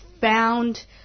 found